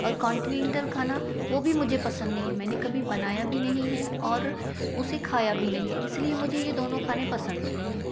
और कॉन्टिनेंटल खाना वो भी मुझे पसंद नहीं है मैंने कभी बनाया भी नहीं है और और उसे खाया भी नहीं है इसलिए मुझे ये दोनों खाने पसंद नहीं हैं